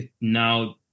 now